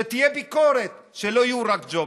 שתהיה ביקורת, שלא יהיו רק ג'ובים.